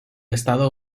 estado